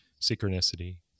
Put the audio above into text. Synchronicity